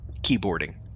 keyboarding